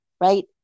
right